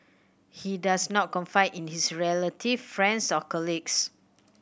he does not confide in his relative friends or colleagues